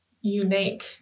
unique